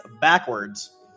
backwards